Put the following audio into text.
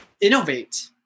innovate